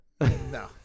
no